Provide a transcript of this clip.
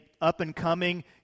up-and-coming